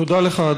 תודה לך,